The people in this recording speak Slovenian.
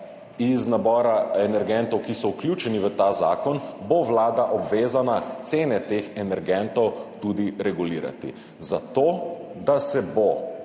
iz nabora energentov, ki so vključeni v ta zakon, bo vlada obvezana cene teh energentov tudi regulirati, zato, da se bo